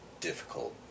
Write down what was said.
difficult